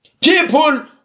People